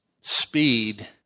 speed